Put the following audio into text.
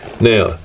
now